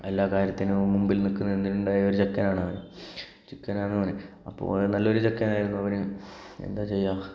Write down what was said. എല്ലാ കാര്യത്തിനും മുമ്പില് നിൽക്കുന്ന ഉണ്ടായ ഒരു ചെക്കനാണവൻ ചെക്കനായിരുന്നു അപ്പോൾ നല്ല ഒരു ചെക്കനായിരുന്നു അവന് എന്താ ചെയ്യുക